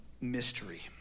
mystery